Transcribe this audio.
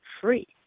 free